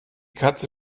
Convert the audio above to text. katze